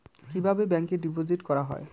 কিভাবে ব্যাংকে ডিপোজিট করা হয়?